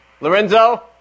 Lorenzo